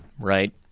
right